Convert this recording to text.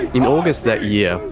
in august that year,